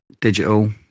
digital